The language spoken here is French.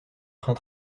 train